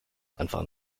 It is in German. einfach